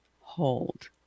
hold